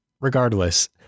regardless